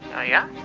yeah oh yeah.